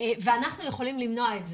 ואנחנו יכולים למנוע את זה.